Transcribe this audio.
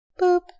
Boop